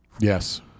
Yes